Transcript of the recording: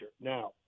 Now